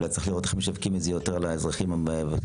צריך לראות איך משווקים את זה לאוכלוסיית האזרחים המבוגרים,